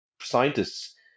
scientists